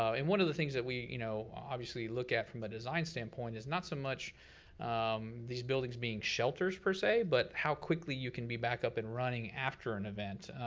um and one of the things that we you know obviously look at from a design standpoint is not so much these buildings being shelters per se, but how quickly you can be back up and running after an event.